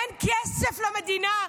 אין כסף למדינה.